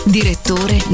direttore